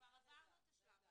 כבר עברנו את השלב הזה.